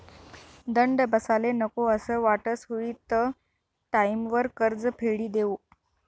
दंड बसाले नको असं वाटस हुयी त टाईमवर कर्ज फेडी देवो